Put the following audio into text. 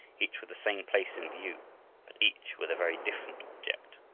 each with the same place in view but each with a very different object.